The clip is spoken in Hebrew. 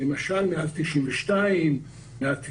למשל מאז 92', מאז 95'